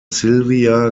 silvia